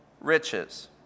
riches